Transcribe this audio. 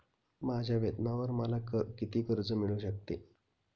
माझ्या वेतनावर मला किती कर्ज मिळू शकते?